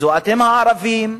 זה אתם הערבים,